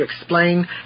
explain